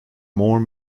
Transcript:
more